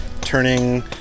turning